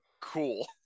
cool